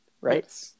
right